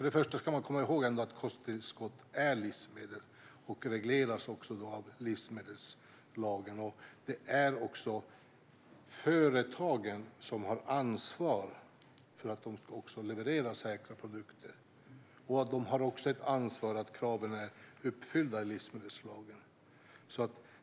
Man ska komma ihåg att kosttillskott är livsmedel och regleras av livsmedelslagen. Det är företagen som har ansvar för att leverera säkra produkter. De har också ett ansvar för att kraven i livsmedelslagen är uppfyllda.